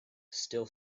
still